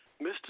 Mr